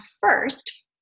first